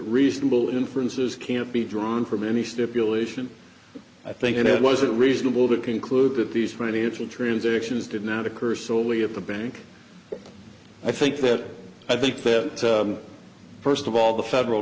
reasonable inferences can be drawn from any stipulation i think that it wasn't reasonable to conclude that these financial transactions did not occur solely at the bank i think that i think that first of all the federal